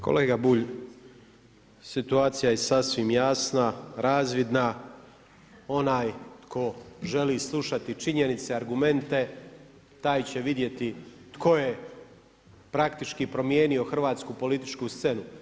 Kolega Bulj, situacija je sasvim jasna, razvodna, onaj tko želi slušati činjenice, argumente, taj će vidjeti tko je praktički promijenio hrvatsku političku scenu.